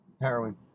heroin